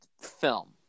film